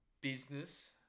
business